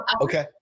Okay